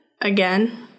again